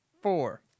four